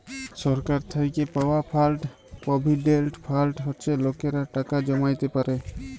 সরকার থ্যাইকে পাউয়া fund provident fund হছে লকেরা টাকা জ্যমাইতে পারে